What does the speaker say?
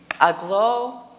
aglow